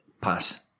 Pass